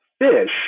fish